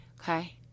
Okay